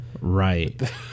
right